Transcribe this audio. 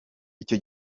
icyo